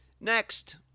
Next